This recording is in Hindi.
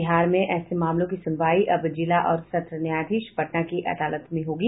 बिहार में ऐसे मामलों की सुनवाई अब जिला और सत्र न्यायाधीश पटना की अदालत में होगी